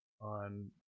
on